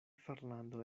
fernando